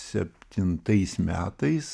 septintais metais